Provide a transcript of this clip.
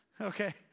Okay